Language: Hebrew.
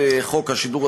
השר, עיינתי.